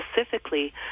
specifically